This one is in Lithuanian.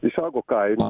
išaugo kaino